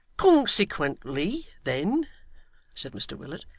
consequently, then said mr willet,